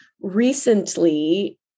recently